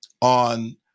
on